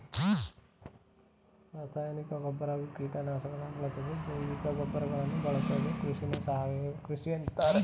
ರಾಸಾಯನಿಕ ಗೊಬ್ಬರ ಹಾಗೂ ಕೀಟನಾಶಕವನ್ನು ಬಳಸದೇ ಜೈವಿಕಗೊಬ್ಬರವನ್ನು ಬಳಸೋ ಕೃಷಿನ ಸಾವಯವ ಕೃಷಿ ಅಂತಾರೆ